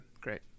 Great